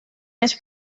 més